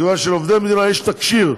מכיוון שלעובדי מדינה יש תקשי"ר,